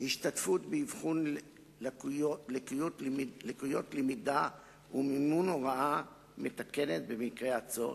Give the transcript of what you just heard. השתתפות באבחון לקויות למידה ומימון הוראה מתקנת במקרה הצורך,